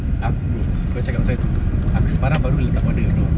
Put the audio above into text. aku bro kau cakap pasal tu aku semalam baru letak order bro